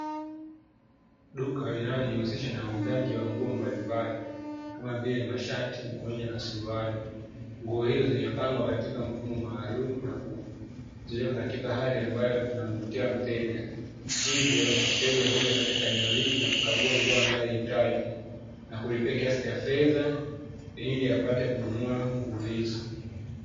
Duka linalojihusisha na uuzaji wa nguo mbalimbali kama vile mashati pamoja na suruali. Nguo hizo zimepangwa katika mfumo maalumu na kuziweka katika hali ambayo inamvutia mteja, hivyo mteja huja katika eneo hili na kukagua nguo anayoihitaji na kulipia kiasi cha fedha ili apate kununua nguo hizo.